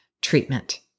treatment